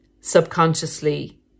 subconsciously